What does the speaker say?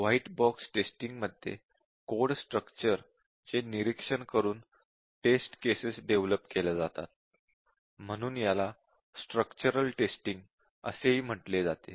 white box testing मध्ये code structure चे निरीक्षण करून टेस्ट केसेस डेव्हलप केल्या जातात म्हणून याला स्ट्रक्चरल टेस्टिंग असेही म्हटले जाते